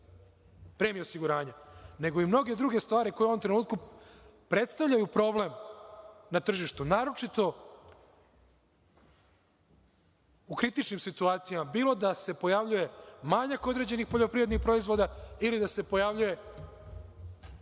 premije osiguranje, nego i mnoge druge stvari koje u ovom trenutku predstavljaju problem na tržištu. Naročito u kritičnim situacijama, bilo da se pojavljuje manjak određenih poljoprivrednih proizvoda, ili da se pojavljuje